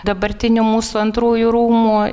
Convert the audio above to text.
dabartinių mūsų antrųjų rūmų